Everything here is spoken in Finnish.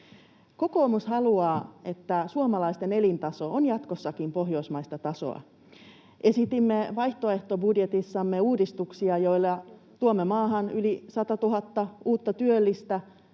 Kokoomus haluaa, että suomalaisten elintaso on jatkossakin pohjoismaista tasoa. Esitimme vaihtoehtobudjetissamme uudistuksia, joilla tuomme maahan yli 100 000 uutta työllistä,